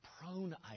prone